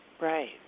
right